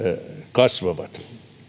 kasvavat